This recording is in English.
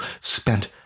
spent